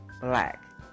black